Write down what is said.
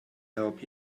help